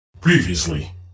Previously